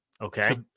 Okay